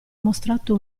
mostrato